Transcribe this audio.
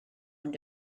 ond